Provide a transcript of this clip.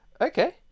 okay